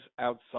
outside